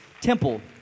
temple